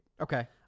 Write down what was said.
Okay